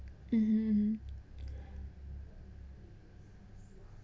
mmhmm